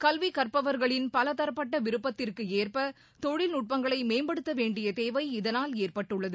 கல்வி கற்பவர்களின் பலதரப்பட்ட விருப்பத்திற்கு ஏற்ப தொழில் நுட்பங்களை மேம்படுத்தவேண்டிய தேவை இதனால் ஏற்பட்டுள்ளது